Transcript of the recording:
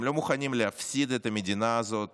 הם לא מוכנים להפסיד את המדינה הזאת